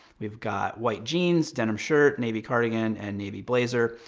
we've got white jeans, denim shirt, navy cardigan, and navy blazer,